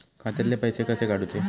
खात्यातले पैसे कसे काडूचे?